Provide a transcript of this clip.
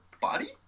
body